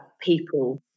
people